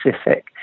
specific